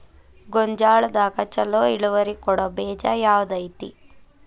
ಗೊಂಜಾಳದಾಗ ಛಲೋ ಇಳುವರಿ ಕೊಡೊ ಬೇಜ ಯಾವ್ದ್ ಐತಿ?